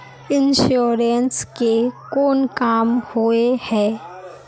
Insurance के कोन काम होय है?